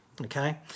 Okay